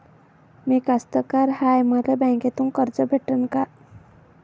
मी कास्तकार हाय, मले बँकेतून कर्ज भेटन का?